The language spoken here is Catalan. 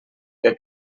que